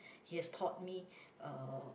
he has taught me uh